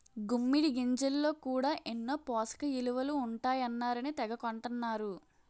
గుమ్మిడి గింజల్లో కూడా ఎన్నో పోసకయిలువలు ఉంటాయన్నారని తెగ కొంటన్నరు